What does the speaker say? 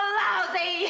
lousy